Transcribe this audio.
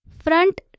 front